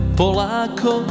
polako